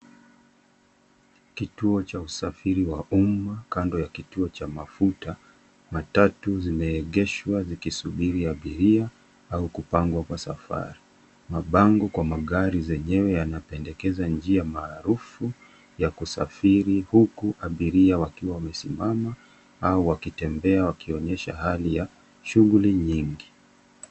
Kituo cha usafiri wa umma kando ya kituo cha mafuta matatu zimeegeshwa zikisubiri abiria au kupangwa kwa safari. Mabango kwa magari zenyewe yanapendekeza njia maarufu ya kusafiri huku abiria wakiwa wamesimama au wakitembea wakionyesha hali ya shughuli nyingi.